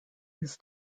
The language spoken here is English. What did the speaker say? his